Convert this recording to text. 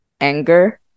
anger